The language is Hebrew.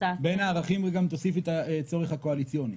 בין הערכים גם תוסיפי את הצורך הקואליציוני.